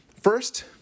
First